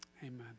Amen